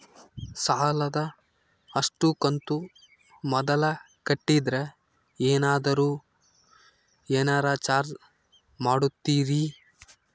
ಸಾಲದ ಅಷ್ಟು ಕಂತು ಮೊದಲ ಕಟ್ಟಿದ್ರ ಏನಾದರೂ ಏನರ ಚಾರ್ಜ್ ಮಾಡುತ್ತೇರಿ?